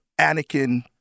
Anakin